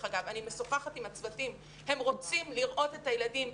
אני משוחחת עם הצוותים לראות את הילדים,